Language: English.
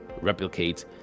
replicate